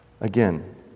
Again